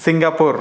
Singapore